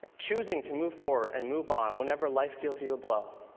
choosing to move forward and move on whenever life deals you a blow,